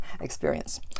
experience